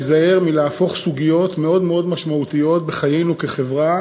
להיזהר מלהפוך סוגיות מאוד מאוד משמעותיות בחיינו כחברה